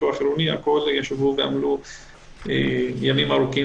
הפיקוח העירוני ישבו ועמלו ימים ארוכים,